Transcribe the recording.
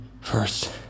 First